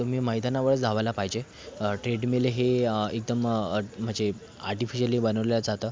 तुम्ही मैदानावरच धावायला पाहिजे ट्रेडमील हे एकदम म्हणजे आर्टिफिशली बनवलं जातं